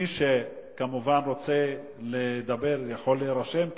ומי שרוצה לדבר יכול להירשם,